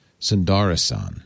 Sundarasan